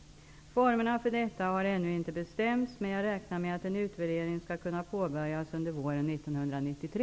Formerna för detta har ännu inte bestämts, men jag räknar med att en utvärdering skall kunna påbörjas under våren 1993.